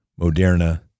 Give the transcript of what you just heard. Moderna